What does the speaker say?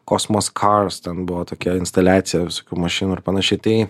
kosmos cars buvo tokia instaliacija visokių mašinų ir panašiai tai